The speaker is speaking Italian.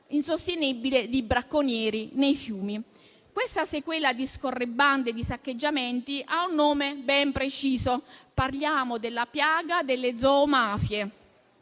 insostenibile di bracconieri nei fiumi. Questa sequela di scorribande e di saccheggiamenti ha un nome ben preciso: parliamo della piaga delle zoomafie,